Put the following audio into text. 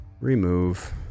Remove